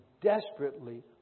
desperately